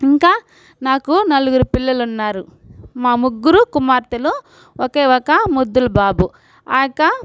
ఇంకా నాకు నలుగురు పిల్లలున్నారు మా ముగ్గురు కుమార్తెలు ఒకే ఒక ముద్దుల బాబు ఆయొక